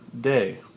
day